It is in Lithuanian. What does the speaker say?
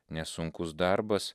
nes sunkus darbas